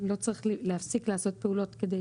לא צריך להפסיק לעשות פעולות כדי